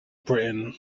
britain